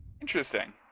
Interesting